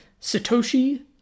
Satoshi